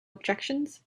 objections